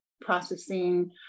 processing